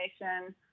information